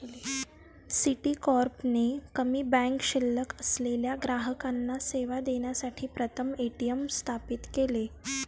Citicorp ने कमी bank शिल्लक असलेल्या ग्राहकांना सेवा देण्यासाठी प्रथम ए.टी.एम स्थापित केले